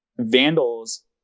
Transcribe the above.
vandals